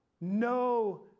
no